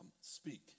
speak